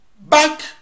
Back